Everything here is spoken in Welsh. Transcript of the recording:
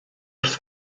wrth